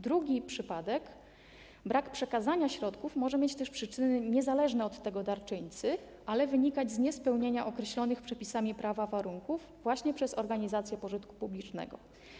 Drugi przypadek: brak przekazania środków może mieć też przyczyny niezależne od tego darczyńcy, bo może wynikać z niespełnienia określonych przepisami prawa warunków właśnie przez organizacje pożytku publicznego.